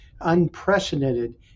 unprecedented